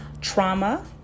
Trauma